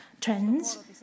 trends